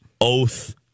Oath